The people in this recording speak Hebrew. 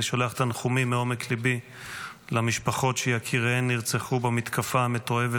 אני שולח תנחומים מעומק ליבי למשפחות שיקיריהן נרצחו במתקפה המתועבת,